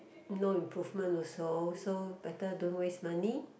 no improvement also so better don't waste money